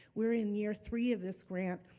we're in year three of this grant.